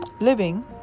living